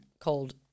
called